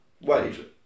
Wait